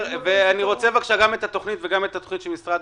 אני מבקש את התכנית גם של משרד החינוך וגם של